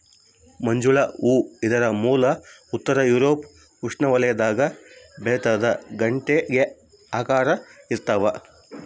ಮಂಜುಳ ಹೂ ಇದರ ಮೂಲ ಉತ್ತರ ಯೂರೋಪ್ ಉಷ್ಣವಲಯದಾಗ ಬೆಳಿತಾದ ಗಂಟೆಯ ಆಕಾರ ಇರ್ತಾದ